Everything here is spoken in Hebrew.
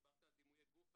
דיברת על דימויי גוף.